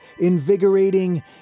invigorating